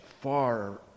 far